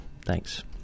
Thanks